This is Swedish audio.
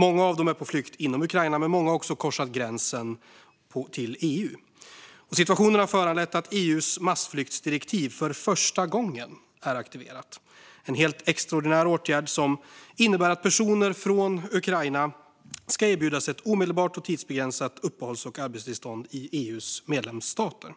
Många av dem är på flykt inom Ukraina, men många har också korsat gränsen till EU. Situationen har föranlett att EU:s massflyktsdirektiv för första gången är aktiverat. Detta är en helt extraordinär åtgärd som innebär att personer från Ukraina ska erbjudas ett omedelbart och tidsbegränsat uppehålls och arbetstillstånd i EU:s medlemsstater.